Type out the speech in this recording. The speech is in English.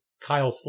Kyle